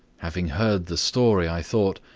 having heard the story, i thought,